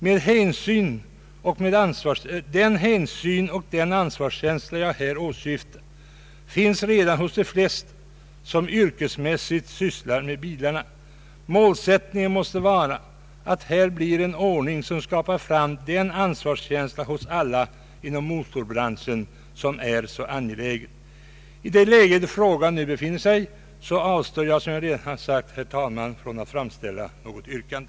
Den hänsyn och den ansvarskänsla jag här åsyftar finns redan hos de flesta som yrkesmässigt sysslar med bilar. Målsättningen måste vara att skapa den ansvarskänsla hos alla inom motorbranschen som är så angeläget. I det läge frågan nu befinner sig av står jag, herr talman, från att framställa något yrkande.